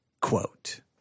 quote